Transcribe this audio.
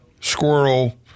squirrel